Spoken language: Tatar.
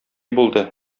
булды